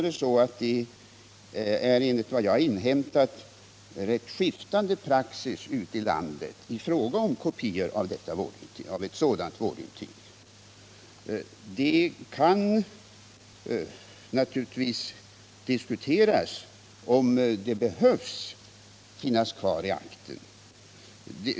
Det är enligt vad jag har inhämtat skiftande praxis ute i landet i fråga om förvarandet av kopior av sådana vårdintyg. Det kan naturligtvis diskuteras om sådana behöver finnas kvar i akten.